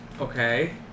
Okay